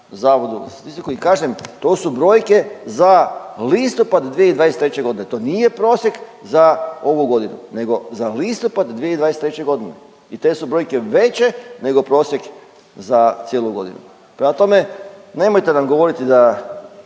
Zavodu za statistiku i kažem, to su brojke za listopad 2023. godine to nije prosjek za ovu godinu nego za listopad 2023. godine i te su brojke veće nego prosjek za cijelu godinu. Prema tome nemojte nam govoriti da